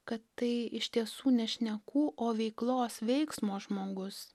kad tai iš tiesų ne šnekų o veiklos veiksmo žmogus